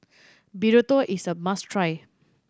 burrito is a must try